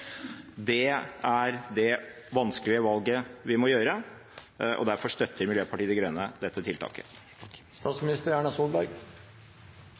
det er det vanskelige valget vi må gjøre, og derfor støtter Miljøpartiet De Grønne dette tiltaket.